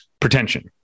pretension